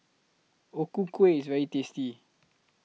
O Ku Kueh IS very tasty